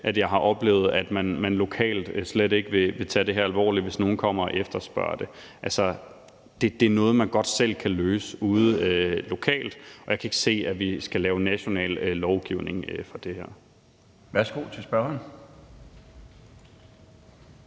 at jeg har oplevet, at man lokalt slet ikke vil tage det her alvorligt, hvis nogen kommer og efterspørger det. Det er noget, man godt selv kan løse ude lokalt, og jeg kan ikke se, at vi skal lave national lovgivning om det her.